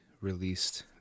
released